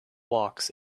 walks